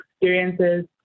experiences